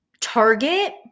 Target